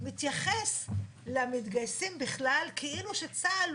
מתייחס למתגייסים בכלל כאילו שצה"ל